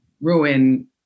ruin